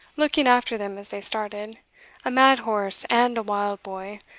looking after them as they started a mad horse and a wild boy,